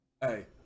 Hey